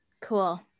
Cool